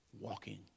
walking